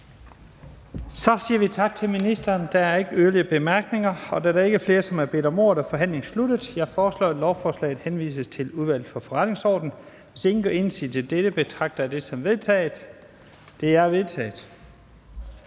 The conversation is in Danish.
Vi siger tak til ministeren. Der er ikke yderligere korte bemærkninger. Da der ikke er flere, der har bedt om ordet, er forhandlingen sluttet. Jeg foreslår, at lovforslaget henvises til Udvalget for Forretningsordenen. Hvis ingen gør indsigelse, betragter jeg det som vedtaget. Det er vedtaget.